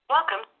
Welcome